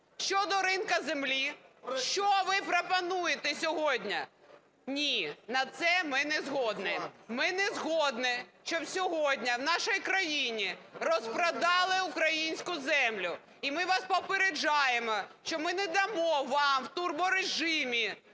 щодо ринку землі. Що ви пропонуєте сьогодні? Ні, на це ми не згодні. Ми не згодні, щоб сьогодні у нашій країні розпродали українську землю, і ми вас попереджаємо, що ми не дамо вам в турборежимі